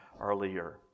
earlier